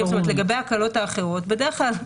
זאת אומרת לגבי ההקלות האחרות בדרך כלל,